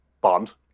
bombs